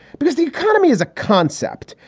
because the economy is a concept.